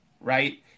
right